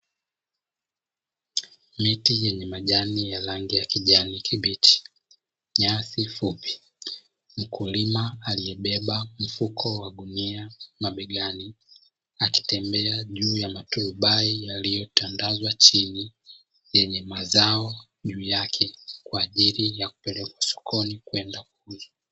Miti yenye rangi ya kijani kibichi, nyasi fupi, mkulima aliyebeba mfuko wa gunia mabegani akitembea juu ya maturubai yaliyotandazwa chini yenye mazao juu yake kwa ajili ya kupelekwa sokoni kwenda kuuza.